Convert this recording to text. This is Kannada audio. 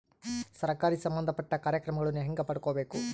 ಸರಕಾರಿ ಸಂಬಂಧಪಟ್ಟ ಕಾರ್ಯಕ್ರಮಗಳನ್ನು ಹೆಂಗ ಪಡ್ಕೊಬೇಕು?